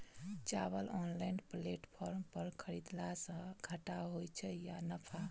चावल online platform पर खरीदलासे घाटा होइ छै या नफा?